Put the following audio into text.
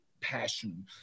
passion